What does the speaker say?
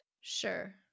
Sure